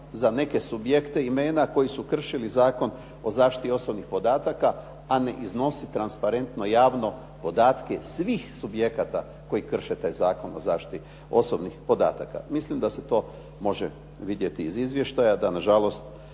za neke subjekte imena koji su kršili Zakon o zaštiti osobnih podataka, a ne iznosi transparentno javno podatke svih subjekata koje krše taj Zakon o zaštiti osobnih podataka. Mislim da se to može vidjeti iz izvještaja, da su nažalost